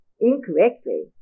incorrectly